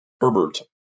Herbert